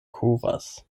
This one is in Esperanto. kovas